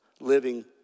living